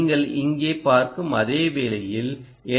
நீங்கள் இங்கே பார்க்கும் அதே வேளையில் எல்